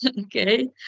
okay